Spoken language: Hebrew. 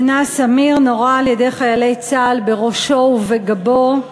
בנה סמיר נורה על-ידי חיילי צה"ל בראשו ובגבו,